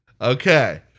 okay